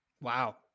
wow